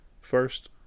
First